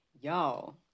Y'all